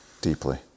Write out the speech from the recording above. deeply